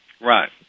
Right